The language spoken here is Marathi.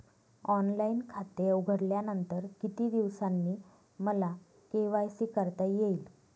ऑनलाईन खाते उघडल्यानंतर किती दिवसांनी मला के.वाय.सी करता येईल?